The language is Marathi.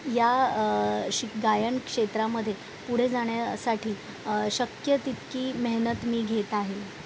या गायन क्षेत्रामध्ये पुढे जाण्यासाठी शक्य तितकी मेहनत मी घेत आहे